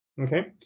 okay